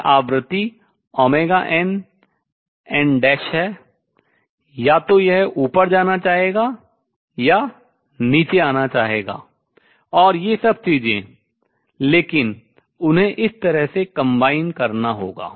यह आवृत्ति nn' या तो यह ऊपर जाना चाहेगा या नीचे आना चाहेगा और ये सब चीजें लेकिन उन्हें इस तरह से combine संयोजित करना होगा